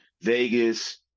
vegas